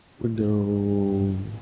Window